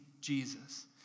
Jesus